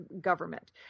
government